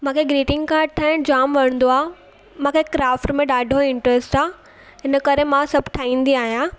मूंखे greeting card ठाहिणु जामु वणंदो आहे मूंखे क्राफ्ट में ॾाढो इंट्रैस्ट आहे हिन करे मां सभु ठाहींदी आहियां